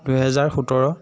দুহেজাৰ সোতৰ